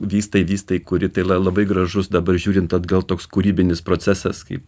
vystai vystai kuri tai la labai gražus dabar žiūrint atgal toks kūrybinis procesas kaip